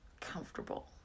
comfortable